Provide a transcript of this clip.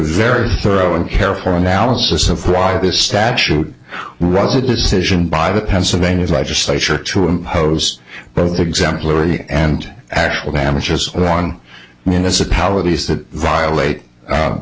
very thorough and careful analysis of privacy statute was a decision by the pennsylvania legislature to impose both exemplary and actual damages one municipalities that violate